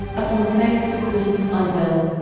upon the faith of a queen, i will.